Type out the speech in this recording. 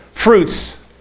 fruits